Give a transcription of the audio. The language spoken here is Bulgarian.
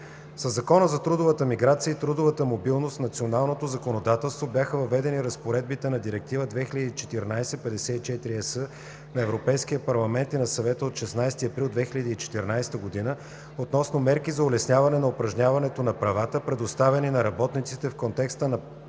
Със Закона за трудовата миграция и трудовата мобилност в националното законодателство бяха въведени разпоредбите на Директива 2014/54/ЕС на Европейския парламент и на Съвета от 16 април 2014 г. относно мерки за улесняване на упражняването на правата, предоставени на работниците в контекста на